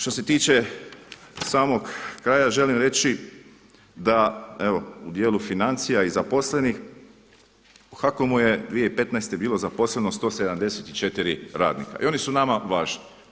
Što se tiče samo kraja, želim reći da evo u dijelu financija i zaposlenih, u HAKOM-u je 2015. bilo zaposleno 174 radnika i oni su nama važni.